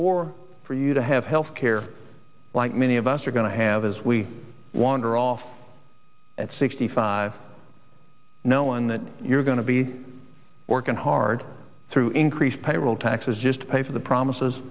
or for you to have health care like many of us are going to have as we wander off at sixty five no one that you're going to be working hard through increased payroll taxes just to pay for the promises